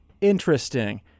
interesting